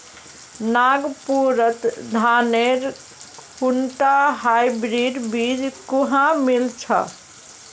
नागपुरत धानेर कुनटा हाइब्रिड बीज कुहा मिल छ